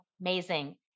amazing